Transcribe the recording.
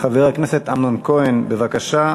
חבר הכנסת אמנון כהן, בבקשה.